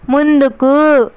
ముందుకు